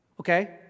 Okay